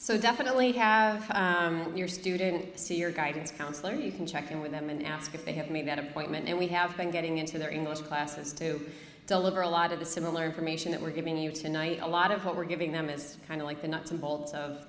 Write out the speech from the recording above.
so definitely have your student see your guidance counselor you can check in with them and ask if they have made that appointment and we have been getting into their english classes to deliver a lot of the similar information that we're giving you tonight a lot of what we're giving them is kind of like the nuts and bolts of